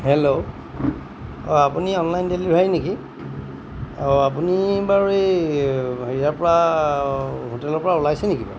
hello অঁ আপুনি online delivery নেকি অঁ আপুনি বাৰু এই হেৰিয়া পৰা হোটেলৰ পৰা ওলাইছে নেকি বাৰু